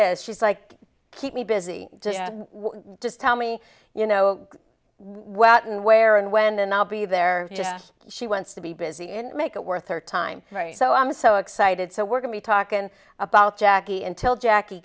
is she's like keep me busy just tell me you know what and where and when and i'll be there just she wants to be busy and make it worth her time so i'm so excited so we're going to talk and about jackie until jackie